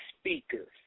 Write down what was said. speakers